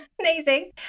Amazing